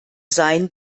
sein